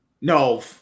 No